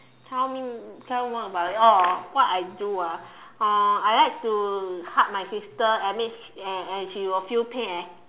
tell me tell me more about it oh what I do ah uh I like to hug my sister and me and and she will feel pain and